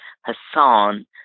Hassan